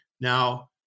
Now